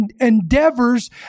endeavors